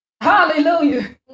Hallelujah